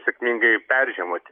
sėkmingai peržiemoti